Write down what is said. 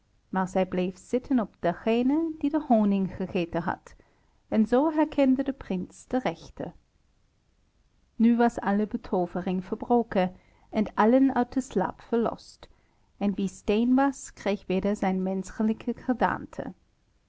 maar zij bleef zitten op degene die de honing gegeten had en zoo herkende de prins de rechte nu was alle betoovering verbroken en allen uit de slaap verlost en wie steen was kreeg weder zijn menschelijke gedaante